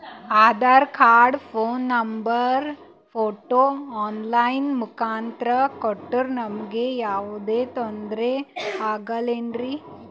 Aadhaar card, phone number, photo online ಮುಖಾಂತ್ರ ಕೊಟ್ರ ನಮಗೆ ಯಾವುದೇ ತೊಂದ್ರೆ ಆಗಲೇನ್ರಿ?